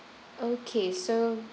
okay so